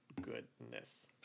goodness